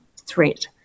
threat